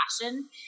passion